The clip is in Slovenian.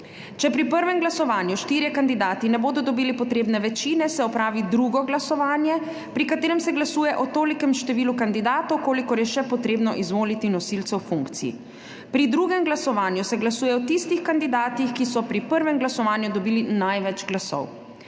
Če pri prvem glasovanju štirje kandidati ne bodo dobili potrebne večine, se opravi drugo glasovanje, pri katerem se glasuje o tolikem številu kandidatov, kolikor je še potrebno izvoliti nosilcev funkcij. Pri drugem glasovanju se glasuje o tistih kandidatih, ki so pri prvem glasovanju dobili največ glasov.